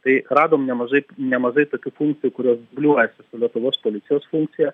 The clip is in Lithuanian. tai radom nemažai nemažai tokių funkcijų kurios dubliuojasi su lietuvos policijos funkcija